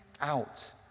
out